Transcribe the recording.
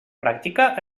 practica